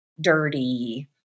dirty